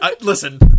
listen